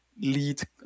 lead